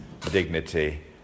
dignity